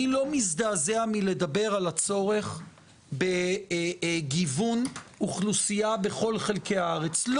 אני לא מזדעזע מלדבר על הצורך בגיוון אוכלוסייה בכל חלקי הארץ.